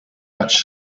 much